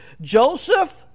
Joseph